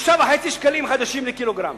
6.5 שקלים חדשים לקילוגרם.